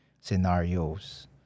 scenarios